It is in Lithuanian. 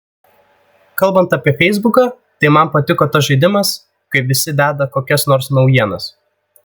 kalbant apie feisbuką tai man patiko tas žaidimas kai visi deda kokias nors naujienas